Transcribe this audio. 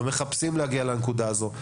לא מחפשים להגיע לנקודה הזאת,